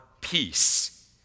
peace